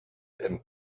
and